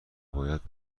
باید